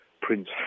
Prince